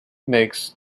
makes